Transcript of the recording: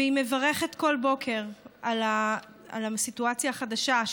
והיא מברכת כל בוקר על הסיטואציה החדשה,